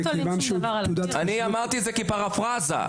אני אמרתי את זה כפרפראזה.